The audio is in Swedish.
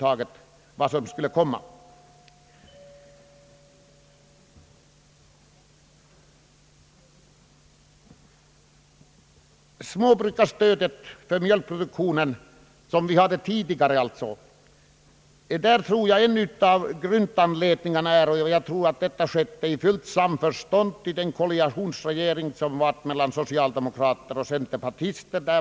Jag tror att det tidigare utgående småbrukarstödet på grundval av mjölkproduktionen är en av de bakomliggande orsakerna. Avskaffandet av det s.k. mjölkproduktionsbidraget skedde i fullt samförstånd inom koalitionsregeringen mellan socialdemokrater och centerpartister.